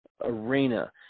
arena